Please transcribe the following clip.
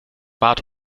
bad